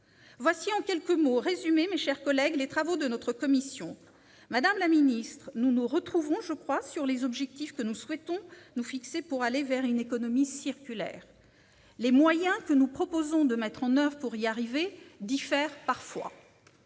en quelques mots, mes chers collègues, les travaux de notre commission. Madame la secrétaire d'État, nous nous retrouvons, je crois, sur les objectifs que nous souhaitons nous fixer pour aller vers une économie circulaire. Les moyens que nous proposons de mettre en oeuvre pour y arriver diffèrent parfois.